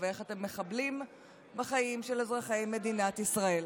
ואיך אתם מחבלים בחיים של אזרחי מדינת ישראל.